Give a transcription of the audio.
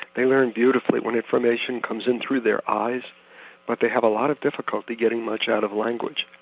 they learn beautifully when information comes in through their eyes but they have a lot of difficulty getting much out of language.